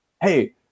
hey